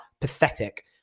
pathetic